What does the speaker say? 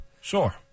Sure